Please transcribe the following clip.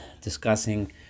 discussing